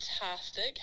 Fantastic